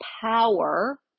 power